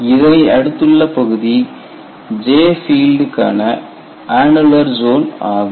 இதனை அடுத்துள்ள பகுதி J பீல்டு க்கான ஆனுலர் ஜோன் ஆகும்